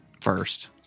first